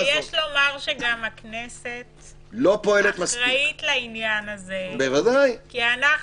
יש לומר שגם הכנסת אחראית לעניין הזה, כי אנחנו